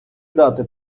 дати